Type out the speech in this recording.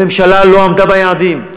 הממשלה לא עמדה ביעדים.